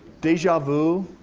deja vu.